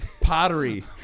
Pottery